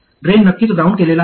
drain नक्कीच ground केलेला आहे